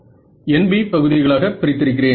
B வை NB பகுதிகளாக பிரித்திருக்கிறேன்